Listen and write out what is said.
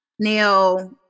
Now